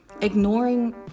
Ignoring